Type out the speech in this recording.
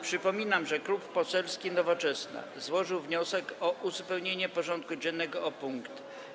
Przypominam, że Klub Poselski Nowoczesna złożył wniosek o uzupełnienie porządku dziennego o punkt: